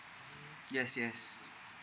yes yes